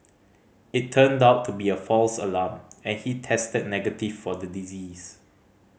it turned out to be a false alarm and he tested negative for the disease